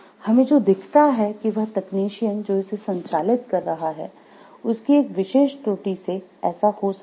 हमें जो दिखता हैं कि वह तकनीशियन जो इसे संचालित कर रहा है उसकी एक विशेष त्रुटि से ऐसा हो सकता है